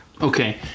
Okay